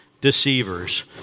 deceivers